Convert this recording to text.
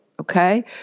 Okay